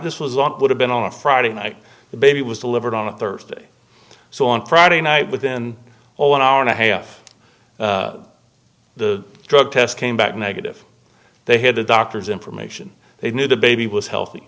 this was on it would have been on a friday night the baby was delivered on thursday so on friday night within one hour and a half the drug test came back negative they had a doctor's information they knew the baby was healthy